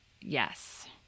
yes